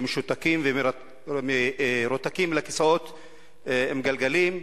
משותקים ומרותקים לכיסאות גלגלים.